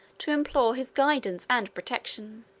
to implore his guidance and protection.